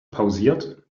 pausiert